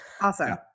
Awesome